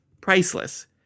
priceless